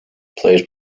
played